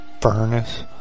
furnace